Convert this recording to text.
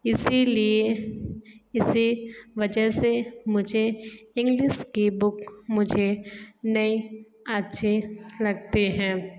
इसलिए इसी वजह से मुझे इंग्लिस की बुक मुझे नहीं अच्छी लगती है